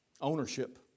Ownership